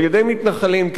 נגד פלסטינים,